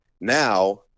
Now